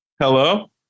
hello